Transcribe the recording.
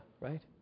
right